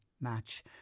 match